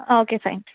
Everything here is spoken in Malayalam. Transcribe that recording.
ആ ഓക്കെ ഫൈൻ